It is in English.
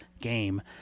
game